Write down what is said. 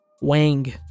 Wang